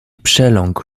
przeląkł